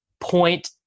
point